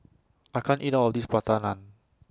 I can't eat All of This Plata Naan